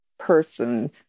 person